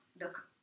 look